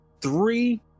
three